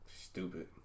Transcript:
stupid